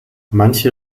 manche